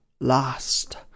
last